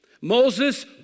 Moses